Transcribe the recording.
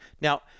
Now